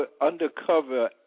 undercover